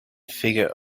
figure